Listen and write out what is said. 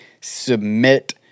submit